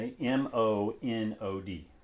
M-O-N-O-D